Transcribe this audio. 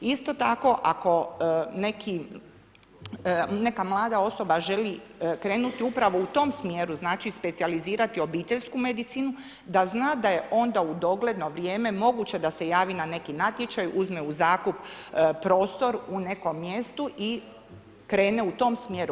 Isto tako, ako neka mlada osoba želi krenuti upravo u tom smjeru, znači specijalizirati obiteljsku medicinu, da znam da je onda u dogledno vrijeme moguće da se javi na neki natječaj, uzme u zakup prostor u nekom mjestu i krene u tom smjeru.